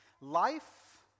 Life